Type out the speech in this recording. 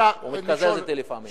הוא מתקזז אתי לפעמים.